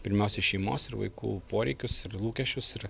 pirmiausia šeimos ir vaikų poreikius ir lūkesčius ir